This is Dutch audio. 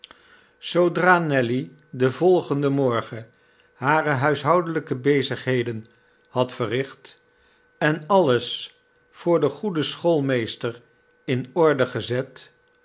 zoodra nelly den volgenden morgen hare huishoudelijke bezigheden had verricht en alles voor den goeden schoolmeester in orde gezet